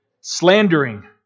slandering